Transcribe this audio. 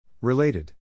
Related